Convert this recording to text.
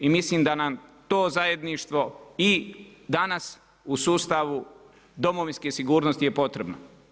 I mislim da nam to zajedništvo i danas u sustavu domovinske sigurnosti je potrebno.